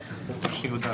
שזה 180